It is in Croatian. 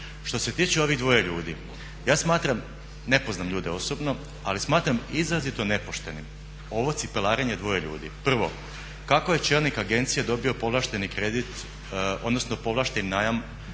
Što se tiče ovih dvoje ljudi, ja smatram, ne poznam ljude osobno, ali smatram izrazito nepoštenim ovo cipelarenje dvoje ljudi. Prvo, kako je čelnik agencije dobio povlašteni kredit odnosno povlašteni najam